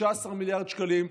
16 מיליארד שקלים,